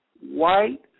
white